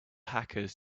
hackers